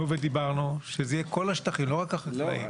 דיברנו שזה יהיו כל השטחים, לא רק החקלאיים.